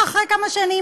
אחרי כמה שנים,